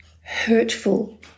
hurtful